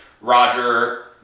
Roger